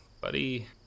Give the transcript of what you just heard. buddy